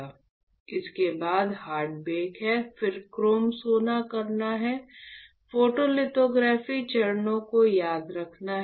इस के बाद हार्ड बेक है फिर क्रोम सोना करना है फोटोलिथोग्राफी चरणों को याद रखना है